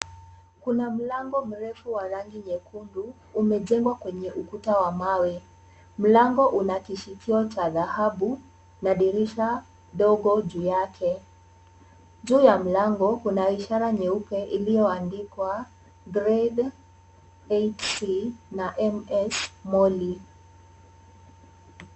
Kuna mlango mrefu wa rangi nyekundu umejengwa kwenye ukuta wa mawe. Mlango una kishikio cha dhahabu na dirisha dogo juu yake. Juu ya mlango, kuna ishara nyeupe iliyoandikwa grade eight c na MS Moli.